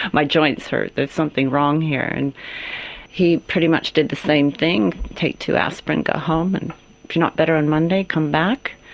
my joints hurt, there's something wrong here and he pretty much did the same thing take two aspirin, go home, and if you're not better on monday, come back.